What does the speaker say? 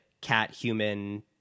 cat-human